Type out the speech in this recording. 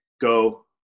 go